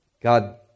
God